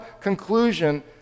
conclusion